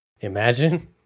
Imagine